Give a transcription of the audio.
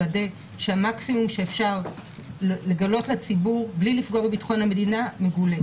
לוודא שהמקסימום שאפשר לגלות לציבור בלי לפגוע בביטחון המדינה מגולה.